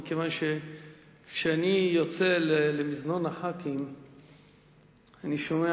מכיוון שכשאני יוצא למזנון חברי הכנסת אני שומע